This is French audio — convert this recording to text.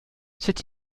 c’est